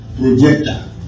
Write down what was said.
projector